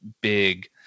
big